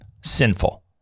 sinful